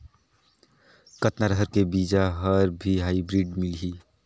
कतना रहर के बीजा हर भी हाईब्रिड मिलही?